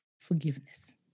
forgiveness